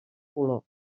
color